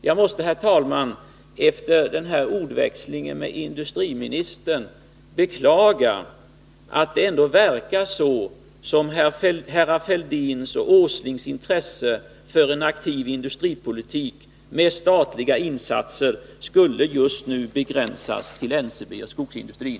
Jag måste, herr talman, efter den här ordväxlingen med industriministern beklaga att det ändå verkar som om herrar Fälldins och Åslings intresse för en aktiv industripolitik med statliga insatser just nu skulle begränsas till NCB och skogsindustrin.